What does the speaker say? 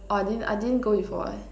orh I didn't I didn't go before leh